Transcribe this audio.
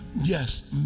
Yes